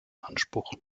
anspruch